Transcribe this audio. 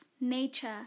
nature